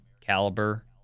caliber